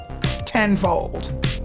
tenfold